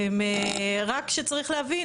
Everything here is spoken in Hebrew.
רק שצריך להבין